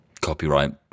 copyright